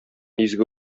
изге